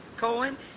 Cohen